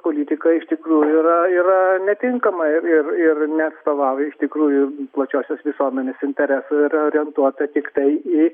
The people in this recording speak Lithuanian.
politika iš tikrųjų yra yra netinkama ir ir neatstovauja iš tikrųjų plačiosios visuomenės interesų ir orientuota tiktai į